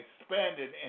expanded